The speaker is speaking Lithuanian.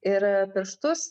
ir pirštus